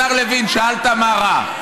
השר לוין, שאלת מה רע.